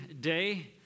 day